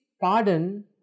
pardon